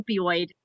opioid